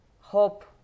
hope